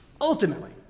ultimately